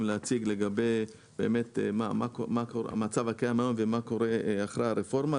להציג לגבי באמת מה המצב הקיים ומה קורה אחרי הרפורמה,